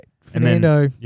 Fernando